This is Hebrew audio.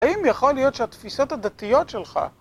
האם יכול להיות שהתפיסות הדתיות שלך...